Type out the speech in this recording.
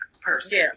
person